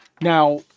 Now